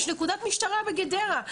יש נקודת משטרה בגדרה.